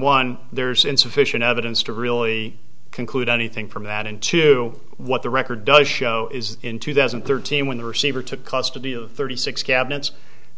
one there's insufficient evidence to really conclude anything from that into what the record does show is in two thousand and thirteen when the receiver took custody of thirty six cabinets